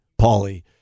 Paulie